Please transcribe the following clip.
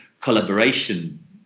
collaboration